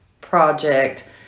project